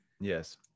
Yes